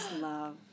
Love